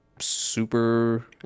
super